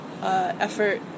effort